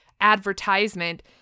advertisement